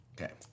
Okay